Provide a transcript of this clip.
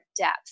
depth